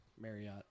Marriott